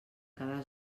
cada